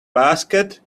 basket